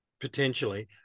potentially